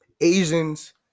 asians